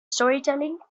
storytelling